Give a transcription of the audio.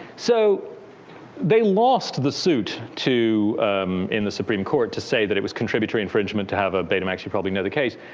so they lost the suit in the supreme court to say that it was contributory infringement to have a betamax. you probably know the case.